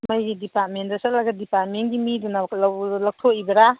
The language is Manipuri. ꯃꯩꯒꯤ ꯗꯤꯄꯥꯔꯠꯃꯦꯟꯗ ꯆꯠꯂꯒ ꯀꯤꯄꯥꯔꯠꯃꯦꯟꯒꯤ ꯃꯤꯗꯨꯅ ꯂꯧꯊꯣꯛꯏꯕꯔꯥ